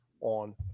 on